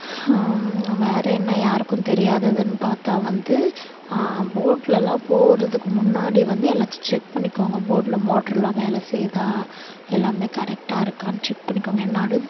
வேறு என்ன யாருக்கும் தெரியாததுன்னு பார்த்தா வந்து போட்லெல்லாம் போகிறதுக்கு முன்னாடி வந்து எல்லாத்தையும் செக் பண்ணிக்கோங்க போட்டில் மோட்ரெல்லாம் வேலை செய்தா எல்லாமே கரெக்டாக இருக்கான்னு செக் பண்ணிக்கோங்க ஏன்னால் நடு